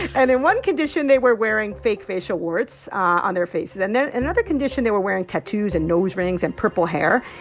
and in one condition, they were wearing fake facial warts on their face. and and then another condition, they were wearing tattoos and nose rings and purple hair.